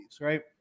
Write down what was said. right